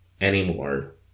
anymore